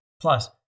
Plus